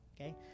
okay